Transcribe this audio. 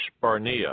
Barnea